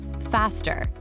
faster